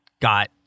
got